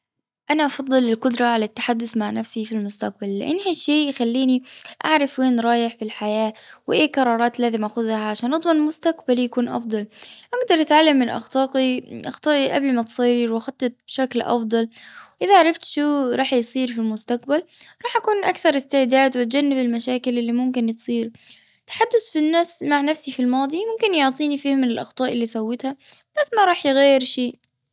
أنا أفضل القدرة على التحدث مع نفسي في المستقبل. لأنها شيء يخليني أعرف وين رايح في الحياة. وإيه قرارات لازم أخذها عشان أضمن مستقبلي يكون أفضل. أقدر أتعلم من أخطائي-من أخطائي قبل ما تصير وأخطط بشكل افضل. إذا عرفت شو راح يصير في المستقبل راح أكون أكثر إستعداد وتجنب المشاكل اللي ممكن تصيرالتحدث في النفس-مع النفس في الماضي يعطيني فهم الأخطاء اللي سوتها بس ما راح يغير شيء.